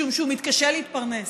משום שהוא מתקשה להתפרנס.